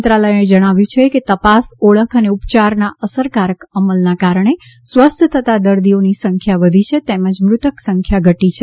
મંત્રાલયે જણાવ્યું છે કે તપાસ ઓળખ અને ઉપચારના અસરકારક અમલના કારણે સ્વસ્થ થતા દર્દીઓની સંખ્યા વધી છે તેમજ મૃતક સંખ્યા ઘટી છે